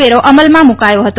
વેરો અમલમાં મૂકાયો હતો